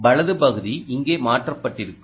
வலது பக்க பகுதி இங்கே மாற்றப்பட்டிருக்கும்